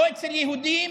לא אצל היהודים